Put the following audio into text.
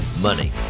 money